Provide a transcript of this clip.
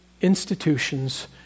institutions